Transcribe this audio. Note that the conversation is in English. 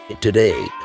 today